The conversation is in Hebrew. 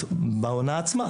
בעונה עצמה.